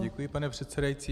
Děkuji, paní předsedající.